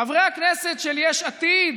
חברי הכנסת של יש עתיד,